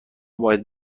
باید